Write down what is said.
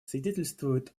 свидетельствуют